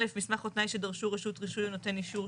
א' מסמך או תנאי שדרשו רשות רישוי או נותן אישור,